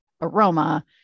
aroma